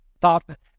Thought